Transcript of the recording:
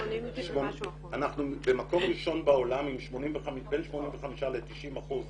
אנחנו במקום ראשון בעולם, בין 85 ל-90 אחוזים